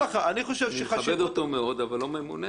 מכבד אותו מאוד אבל לא ממונה עליו.